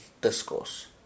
discourse